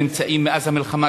נמצאים מאז המלחמה,